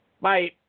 Bye